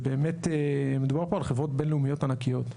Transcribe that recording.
מדובר על חברות בין-לאומיות ענקיות.